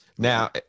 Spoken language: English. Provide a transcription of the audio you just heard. Now